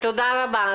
תודה רבה.